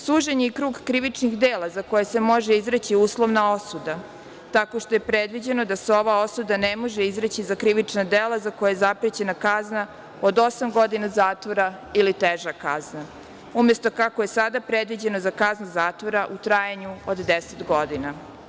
Sužen je i krug krivičnih dela za koje se može izreći uslovna osuda tako što je predviđeno da se ova osuda ne može izreći za krivična dela za koje je zaprećena kazna od osam godina zatvora ili teža kazna umesto kako je sada predviđeno za kaznu zatvora u trajanju od deset godina.